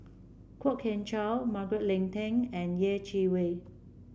Kwok Kian Chow Margaret Leng Tan and Yeh Chi Wei